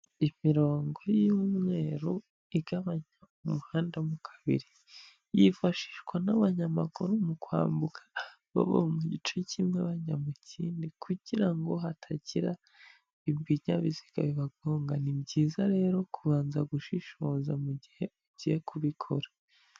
Imirongo y'umweru igabanya umuhanda mo kabiri, yifashishwa n'abanyamaguru mu kwambuka bava mu gice kimwe bajya mu kindi kugira ngo hatagira ibinyabiziga bibagonga, ni byiza rero kubanza gushishoza mu gihe ugiye kubikora.